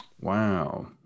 Wow